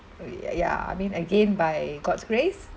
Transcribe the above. ya I mean again by god's grace